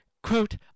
Quote